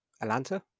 Atlanta